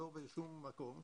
לא בשום מקום,